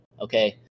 okay